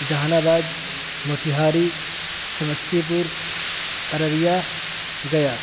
جہان آباد موتاری سمستی پور ارریا گیا